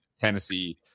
Tennessee